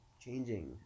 changing